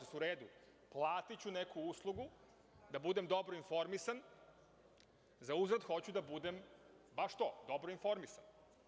U redu, platiću neku uslugu da budem dobro informisan, zauzvrat hoću da budem baš to, dobro informisan.